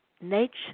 nature